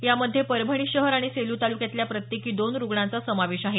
यामध्ये परभणी शहर आणि सेलू तालुक्यातल्या प्रत्येकी दोन रुग्णांचा समावेश आहे